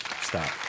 Stop